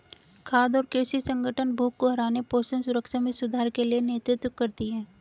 खाद्य और कृषि संगठन भूख को हराने पोषण सुरक्षा में सुधार के लिए नेतृत्व करती है